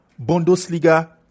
Bundesliga